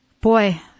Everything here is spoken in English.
Boy